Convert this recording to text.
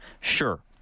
Sure